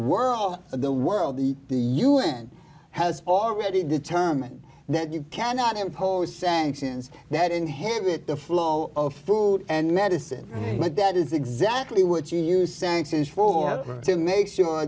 world of the world the u n has already determined that you cannot impose sanctions that inhibit the flow of food and medicine but that is exactly what you sanctions for to make sure